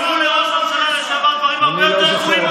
אמרו לראש הממשלה לשעבר דברים הרבה יותר גרועים,